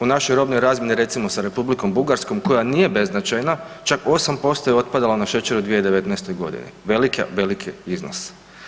U našoj robnoj razmjeni recimo sa Republikom Bugarskom koja nije beznačajna, čak 8% je otpadalo na šećer u 2019.g. veliki, veliki iznos.